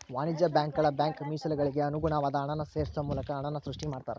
ವಾಣಿಜ್ಯ ಬ್ಯಾಂಕುಗಳ ಬ್ಯಾಂಕ್ ಮೇಸಲುಗಳಿಗೆ ಅನುಗುಣವಾದ ಹಣನ ಸೇರ್ಸೋ ಮೂಲಕ ಹಣನ ಸೃಷ್ಟಿ ಮಾಡ್ತಾರಾ